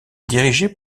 dirigé